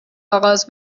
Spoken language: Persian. آغاز